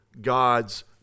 God's